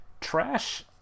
Trash-